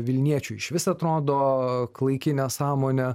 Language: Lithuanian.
vilniečiui išvis atrodo klaiki nesąmonė